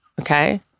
Okay